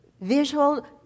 visual